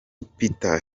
peter